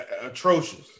atrocious